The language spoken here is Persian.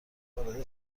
وارد